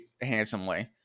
handsomely